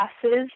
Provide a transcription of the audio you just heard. classes